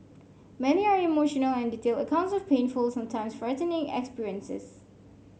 many are emotional and detailed accounts of painful sometimes frightening experiences